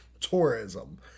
tourism